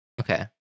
Okay